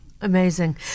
Amazing